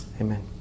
Amen